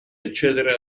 accedere